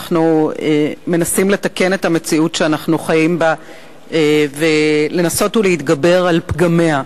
אנחנו מנסים לתקן את המציאות שאנחנו חיים בה ולהתגבר על פגמיה.